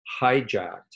hijacked